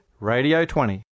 RADIO20